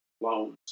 loans